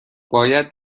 باید